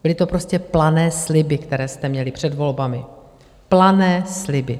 Byly to prostě plané sliby, které jste měli před volbami, plané sliby.